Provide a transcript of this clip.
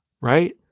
right